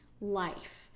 life